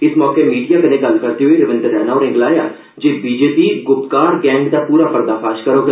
इस मौके मीडिया कन्नै गल्ल करदे होई रविंदर रैना होरें गलाया जे B J P Gupkar gang दा पूरा पर्दाफाश करोग